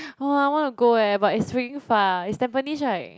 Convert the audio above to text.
[wah] I want to go eh but it's freaking far it's Tampines right